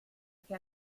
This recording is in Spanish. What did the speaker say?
que